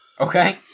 Okay